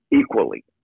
equally